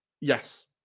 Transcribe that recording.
Yes